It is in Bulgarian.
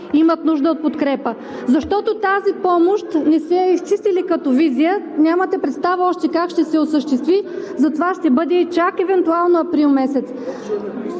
имат нужда от подкрепа? Защото тази помощ не сте я изчистили като визия, нямате представа още как ще се осъществи, затова ще бъде евентуално чак април месец.